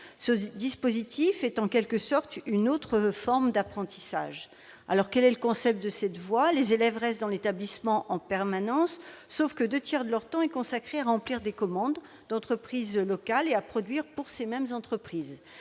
Ce dispositif constitue en quelque sorte une autre forme d'apprentissage. Quel en est le concept ? Les élèves restent dans l'établissement en permanence et consacrent les deux tiers de leur temps à remplir des commandes d'entreprises locales et à produire pour ces mêmes entreprises.